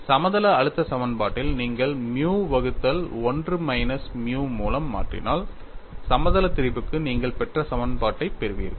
சமதள அழுத்த சமன்பாட்டில் நீங்கள் மியூ வகுத்தல் 1 மைனஸ் மியூ மூலம் மாற்றினால் சமதள திரிபுக்கு நீங்கள் பெற்ற சமன்பாட்டைப் பெறுவீர்கள்